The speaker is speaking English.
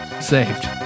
Saved